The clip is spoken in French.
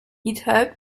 github